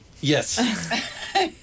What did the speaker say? Yes